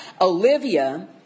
Olivia